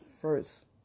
first